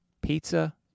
pizza